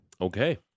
Okay